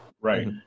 Right